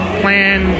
plan